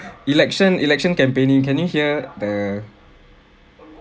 election election campaigning can you hear the